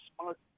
smart